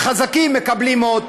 החזקים מקבלים עוד.